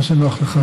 מה שנוח לך.